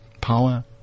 power